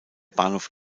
bahnhof